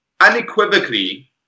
unequivocally